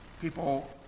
people